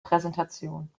präsentation